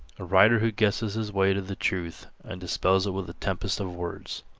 a writer who guesses his way to the truth and dispels it with a tempest of words.